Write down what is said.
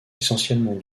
essentiellement